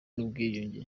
n’ubwiyunge